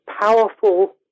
powerful